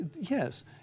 Yes